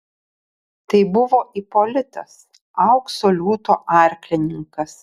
tai buvo ipolitas aukso liūto arklininkas